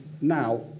Now